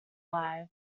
alive